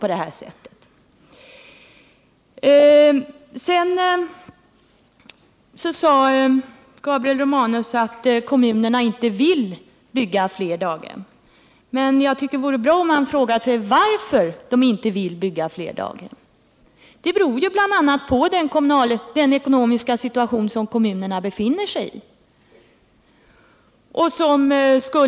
Vidare sade Gabriel Romanus att kommunerna inte vill bygga fler daghem. Men jag tycker det vore bra om Gabriel Romanus frågade sig varför kommunerna inte vill bygga fler daghem. Det beror bl.a. på den ekonomiska situation som kommunerna befinner sig i.